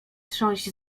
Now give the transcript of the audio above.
trząść